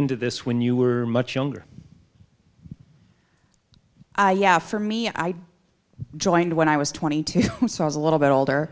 into this when you were much younger yeah for me i joined when i was twenty two i was a little bit older